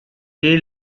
est